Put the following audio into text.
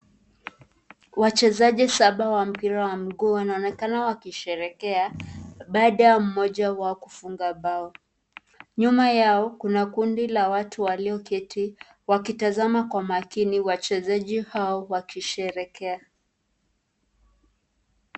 Wachezaji saba wa mpira wa miguu wanaonekana wakisherehekea baada ya mmoja wao kufunga bao. Nyuma yao kuna kundi la watu walioketi wakitazama kwa makini wachezaji hao wakisherehekea.